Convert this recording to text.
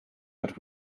but